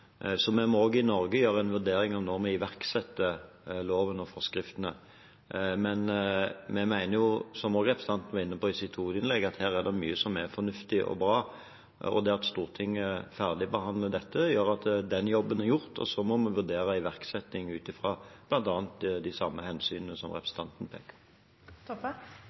så vi må også i Norge gjøre en vurdering av når vi iverksetter loven og forskriftene. Men vi mener jo – som også representanten var inne på i sitt hovedinnlegg – at her er det mye som er fornuftig og bra, og det at Stortinget ferdigbehandler dette, gjør at den jobben er gjort. Så må vi vurdere iverksetting ut fra bl.a. de samme hensynene som representanten peker